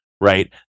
right